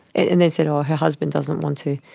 and then said oh, her husband doesn't want to